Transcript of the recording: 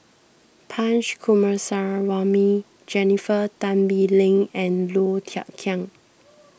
Punch Coomaraswamy Jennifer Tan Bee Leng and Low Thia Khiang